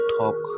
talk